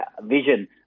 vision